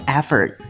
effort